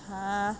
!huh!